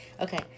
Okay